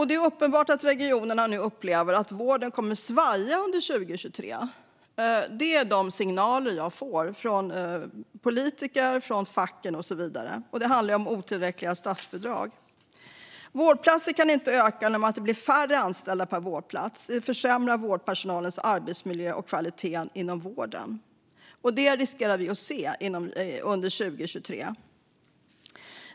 Det är uppenbart att regionerna nu upplever att vården kommer att svaja under 2023. Det är de signaler som jag får från politiker, facken och så vidare. Det handlar om otillräckliga statsbidrag. Antalet vårdplatser kan inte öka genom att det blir färre anställda per vårdplats. Det försämrar vårdpersonalens arbetsmiljö och kvaliteten inom vården. Det riskerar vi att se under 2023.